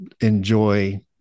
enjoy